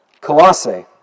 Colossae